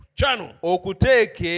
channel